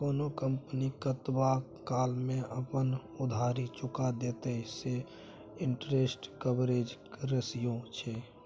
कोनो कंपनी कतबा काल मे अपन उधारी चुका देतेय सैह इंटरेस्ट कवरेज रेशियो छै